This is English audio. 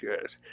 good